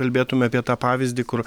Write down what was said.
kalbėtume apie tą pavyzdį kur